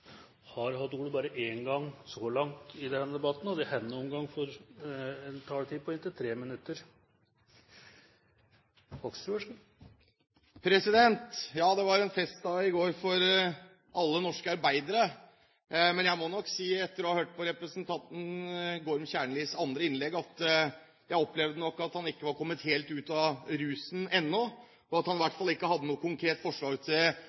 Ja, det var en festdag i går for alle norske arbeidere, men jeg må nok si, etter å ha hørt på representanten Gorm Kjernlis andre innlegg, at jeg opplevde at han ikke var kommet helt ut av rusen ennå, og at han i hvert fall ikke hadde noe konkret forslag til